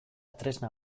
tresna